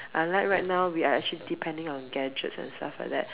unlike right now we are actually depending on gadgets and stuff like that